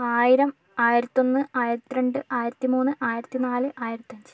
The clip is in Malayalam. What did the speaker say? ആയിരം ആയിരത്തൊന്ന് ആയിരത്തി രണ്ട് ആയിരത്തി മൂന്ന് ആയിരത്തി നാല് ആയിരത്തഞ്ച്